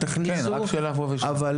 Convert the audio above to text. תכניסו שאלה פה ושם, אבל